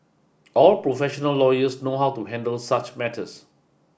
all professional lawyers know how to handle such matters